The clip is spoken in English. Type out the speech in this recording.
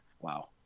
Wow